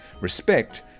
respect